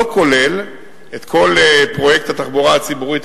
לא כולל את כל פרויקט התחבורה הציבורית,